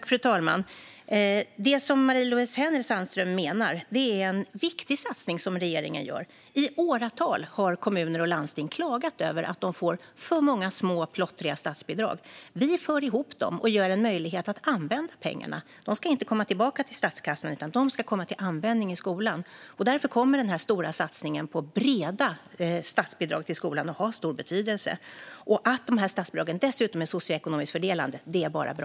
Fru talman! Det som Marie-Louise Hänel Sandström syftar på är en viktig satsning som regeringen gör. I åratal har kommuner och landsting klagat över att de får för många små och plottriga statsbidrag. Vi för ihop dem och ger möjlighet att använda pengarna. De ska inte komma tillbaka till statskassan, utan de ska komma till användning i skolan. Därför kommer denna stora satsning på breda statsbidrag till skolan att ha stor betydelse. Att statsbidragen dessutom är socioekonomiskt fördelade är bara bra.